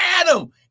Adam